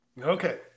Okay